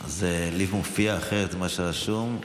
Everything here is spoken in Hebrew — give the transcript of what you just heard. אז לי מופיע אחרת ממה שרשום.